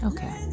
Okay